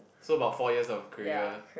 so about four years of career